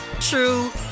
true